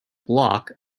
block